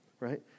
Right